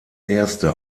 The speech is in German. erste